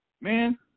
man